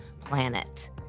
planet